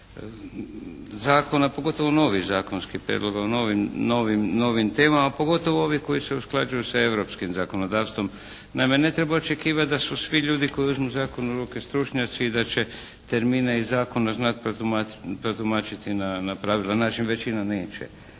zakona pogotovo novih zakonskih prijedloga, novim temama, pogotovo ovi koji se usklađuju sa europskim zakonodavstvom. Naime ne treba očekivati da su svi ljudi koji uzmu zakon u ruke stručnjaci i da će termine iz zakona znati protumačiti na pravilan način, većina neće.